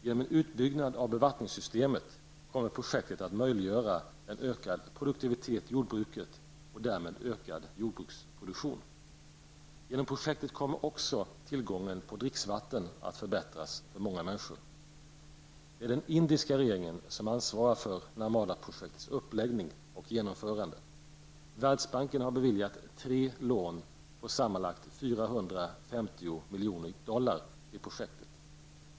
Genom en utbyggnad av bevattningssystemen kommer projektet att möjliggöra en ökad produktivitet i jordbruket och därmed en ökad jordbruksproduktion. Genom projektet kommer också tillgången på dricksvatten att förbättras för många människor. Det är den indiska regeringen som ansvarar för Narmadaprojektets uppläggning och genomförande. Världsbanken har beviljat tre lån på sammanlagt 450 miljoner dollar till projektet.